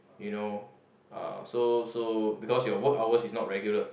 you know uh so so because your work hours is not regular